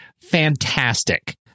fantastic